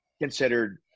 considered